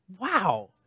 wow